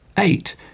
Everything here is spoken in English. Eight